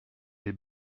les